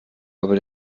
aber